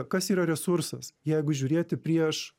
kas yra resursas jeigu žiūrėti prieš